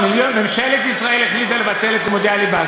ממשלת ישראל החליטה לבטל את לימודי הליבה.